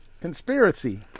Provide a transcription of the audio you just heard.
Conspiracy